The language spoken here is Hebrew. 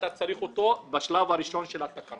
אתה צריך אותו בשלב הראשון של התקנות.